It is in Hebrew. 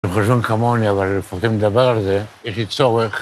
עם חזון כמוני אבל לפחות אם נדבר על זה, יש לי צורך.